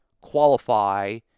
qualify